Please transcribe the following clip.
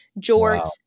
Jorts